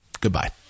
Goodbye